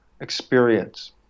experience